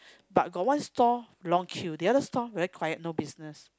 but got one stall long queue the other stall very quiet no business